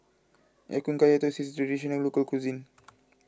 Ya Kun Kaya Toast is a Traditional Local Cuisine